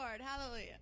Hallelujah